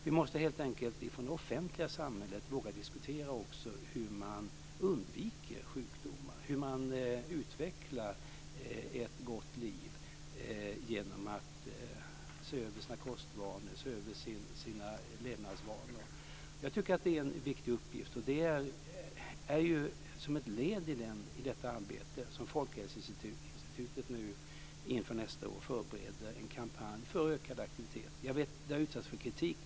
Vi från det offentliga samhället måste våga diskutera också hur man undviker sjukdomar och hur man utvecklar ett gott liv genom att se över sina kostvanor och levnadsvanor. Det är en viktig uppgift. Som ett led i detta arbete förbereder nu Folkhälsoinstitutet inför nästa år en kampanj för ökad aktivitet. Jag vet att den har utsatts för kritik.